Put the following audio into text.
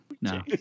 no